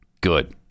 Good